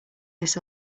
this